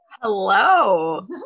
hello